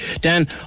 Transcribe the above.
Dan